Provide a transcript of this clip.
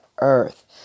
earth